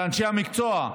ואנשי המקצוע,